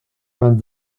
vingt